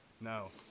No